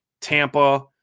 Tampa